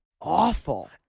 awful